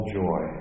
joy